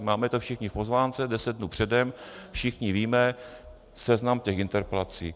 Máme to všichni v pozvánce deset dnů předem, všichni víme seznam těch interpelací.